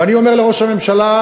ואני אומר לראש הממשלה: